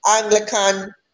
Anglican